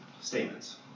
statements